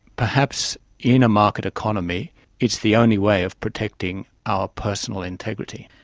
perhaps in a market economy it's the only way of protecting our personal integrity.